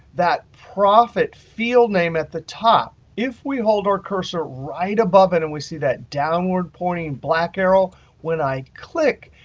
that profit field name at the top if we hold our cursor right above it and we see that downward pointing black arrow when i click,